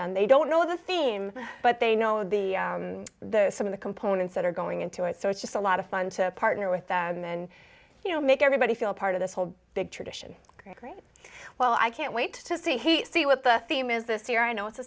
done they don't know the theme but they know the the some of the components that are going into it so it's just a lot of fun to partner with them and you know make everybody feel part of this whole big tradition great well i can't wait to see see what the theme is this year i know it's